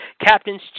captain's